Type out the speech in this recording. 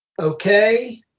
okay